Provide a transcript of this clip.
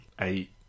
eight